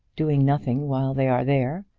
doing nothing while they are there,